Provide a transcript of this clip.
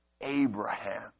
Abraham